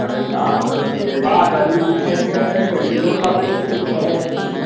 अरे साहब तो देबा गरीब दुखियन के तनिक गरीबों लोग के कुछ मदद